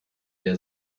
der